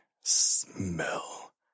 smell